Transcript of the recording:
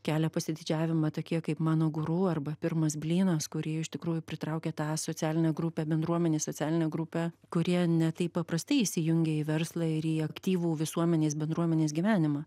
kelia pasididžiavimą tokie kaip mano guru arba pirmas blynas kurie iš tikrųjų pritraukia tą socialinę grupę bendruomenės socialinę grupę kurie ne taip paprastai įsijungia į verslą ir į aktyvų visuomenės bendruomenės gyvenimą